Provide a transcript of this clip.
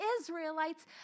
Israelites